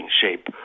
shape